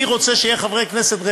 מי רוצה שיהיו רעבים,